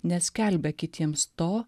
neskelbę kitiems to